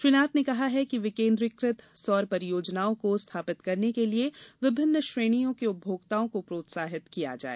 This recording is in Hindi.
श्री नाथ ने कहा कि विकेन्द्रीकृत सौर परियोजनाओं को स्थापित करने के लिए विभिन्न श्रेणियों के उपभोक्ताओं को प्रोत्साहित किया जाए